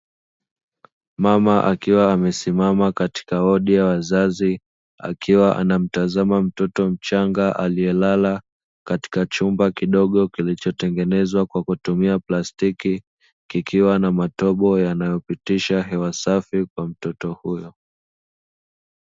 Mama akiwa amesimama katika wodi wa wazazi, akiwa anamtazama mtoto mchanga aliyelala katika chumba kidogo kilichotengenezwa kwa kumtumia plastiki, kikiwa na matobo yanayopitisha hewa safi kwa mtoto huyo.